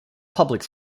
public